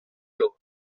loro